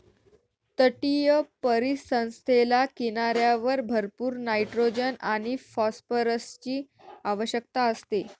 तटीय परिसंस्थेला किनाऱ्यावर भरपूर नायट्रोजन आणि फॉस्फरसची आवश्यकता असते